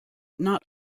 not